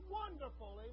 wonderful